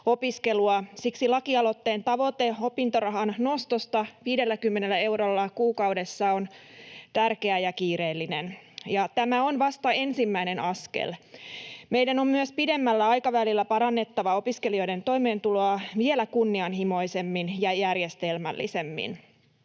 Siksi lakialoitteen tavoite opintorahan nostosta 50 eurolla kuukaudessa on tärkeä ja kiireellinen. Ja tämä on vasta ensimmäinen askel. Meidän on myös pidemmällä aikavälillä parannettava opiskelijoiden toimeentuloa vielä kunnianhimoisemmin ja järjestelmällisemmin.